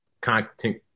content